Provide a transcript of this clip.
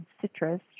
citrus